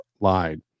lied